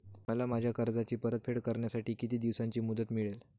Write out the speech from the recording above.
मला माझ्या कर्जाची परतफेड करण्यासाठी किती दिवसांची मुदत मिळेल?